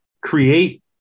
create